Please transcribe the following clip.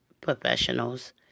professionals